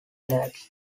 lads